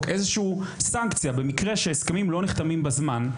איזושהי סנקציה שבמקרה וההסכמים לא נחתמים בזמן,